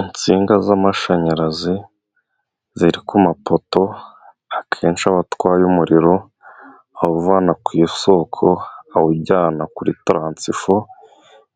Insinga z'amashanyarazi ziri ku mapoto ,akenshi aba atwaye umuriro awuvana ku isoko awujyana kuri taransifu,